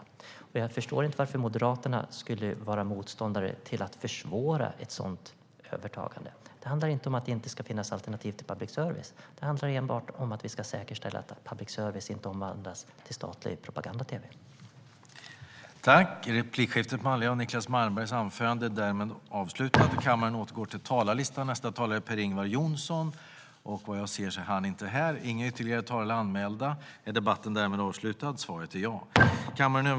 Jag förstår inte varför Moderaterna skulle vara motståndare till att försvåra ett sådant övertagande. Det handlar inte om att det inte ska finnas alternativ till public service. Det handlar enbart om att vi ska säkerställa att public service inte omvandlas till statlig propaganda-tv.(Beslut fattades under § 19.